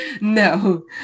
No